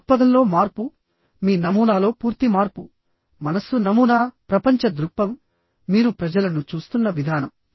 దృక్పథంలో మార్పు మీ నమూనాలో పూర్తి మార్పు మనస్సు నమూనా ప్రపంచ దృక్పథం మీరు ప్రజలను చూస్తున్న విధానం